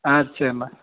ஆ சேரிண